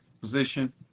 position